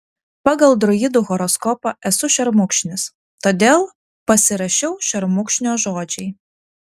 pagal druidų horoskopą esu šermukšnis todėl pasirašiau šermukšnio žodžiai